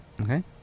Okay